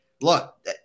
look –